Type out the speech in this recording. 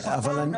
חכם,